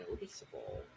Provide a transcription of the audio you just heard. noticeable